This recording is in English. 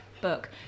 book